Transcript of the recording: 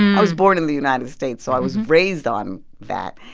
i was born in the united states, so i was raised on that.